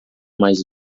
mais